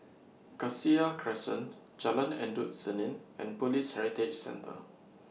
Cassia Crescent Jalan Endut Senin and Police Heritage Centre